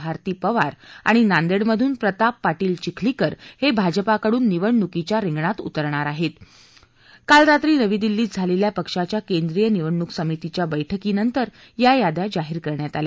भारती पवार आणि नांदक्रिधून प्रताप पारील चिखलीकर हक् भाजपाकडून निवडणुकीच्या रिंगणात उतरणार आहृती काल रात्री नवी दिल्लीत झालखी पक्षाच्या केंद्रीय निवडणूक समितीच्या बैठकी नंतर या याद्या जाहीर करण्यात आल्या